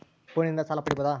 ಫೋನಿನಿಂದ ಸಾಲ ಪಡೇಬೋದ?